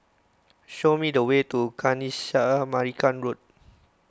show me the way to Kanisha Marican Road